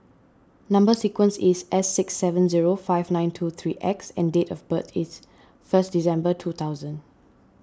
Number Sequence is S six seven zero five nine two three X and date of birth is first December two thousand